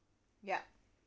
yup